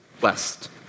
west